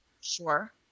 Sure